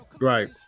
Right